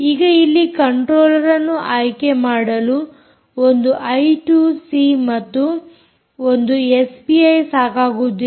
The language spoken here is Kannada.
ಈಗ ಇಲ್ಲಿ ಕಂಟ್ರೋಲ್ಲರ್ಅನ್ನು ಆಯ್ಕೆ ಮಾಡಲು ಒಂದು ಐ2ಸಿ ಮತ್ತು ಒಂದು ಎಸ್ಪಿಐ ಸಾಕಾಗುವುದಿಲ್ಲ